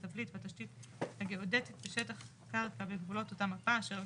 התבליט והתשתית הגאודטית בשטח קרקע בגבולות אותה מפה אשר על